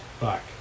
back